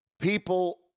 People